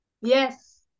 Yes